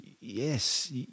yes